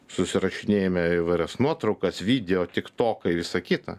susirašinėjime įvairias nuotraukas video tiktokai visa kita